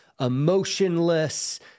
emotionless